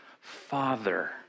Father